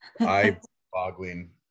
eye-boggling